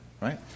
right